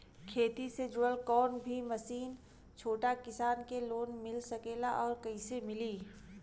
खेती से जुड़ल कौन भी मशीन छोटा किसान के लोन मिल सकेला और कइसे मिली?